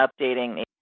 updating